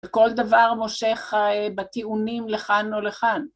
כל דבר מושך בטיעונים לכאן או לכאן.